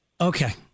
Okay